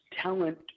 talent